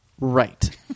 Right